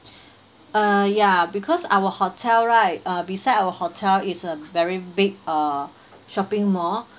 uh ya because our hotel right uh beside our hotel is a very big uh shopping mall